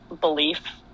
belief